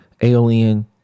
alien